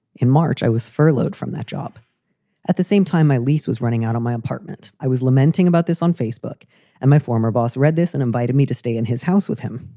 in march, i was furloughed from that job at the same time my lease was running out of my apartment. i was lamenting about this on facebook and my former boss read this and invited me to stay in his house with him.